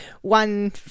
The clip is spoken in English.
one